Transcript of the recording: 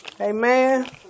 Amen